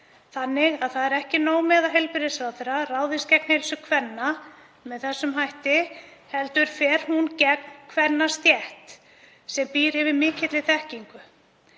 Þannig að það er ekki nóg með að heilbrigðisráðherra ráðist gegn heilsu kvenna með þessum hætti heldur fer hún gegn kvennastétt sem býr yfir mikilli þekkingu.